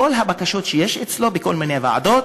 כל הבקשות שיש אצלו בכל מיני ועדות,